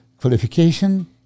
qualification